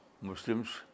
Muslims